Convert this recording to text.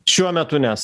šiuo metu nes